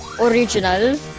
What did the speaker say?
original